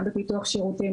גם בפיתוח שירותים,